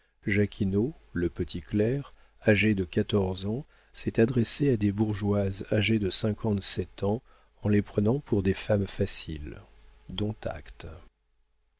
jacquinaut le petit clerc âgé de quatorze ans s'est adressé à des bourgeoises âgées de cinquante-sept ans en les prenant pour des femmes faciles